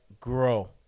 grow